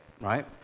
right